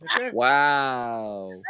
Wow